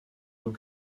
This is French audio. eaux